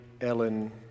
Ellen